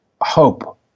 hope